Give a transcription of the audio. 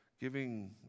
giving